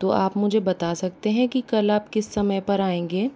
तो आप मुझे बता सकते हैं कि कल आप किस समय पर आएँगे